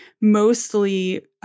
mostly